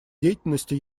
деятельности